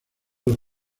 los